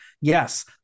Yes